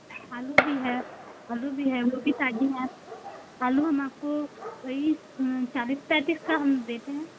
आलू भी है आलू भी है वो भी ताज़ी हैं आलू हम आपको वही चालीस पैंतीस का हम देते हैं